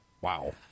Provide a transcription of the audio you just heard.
wow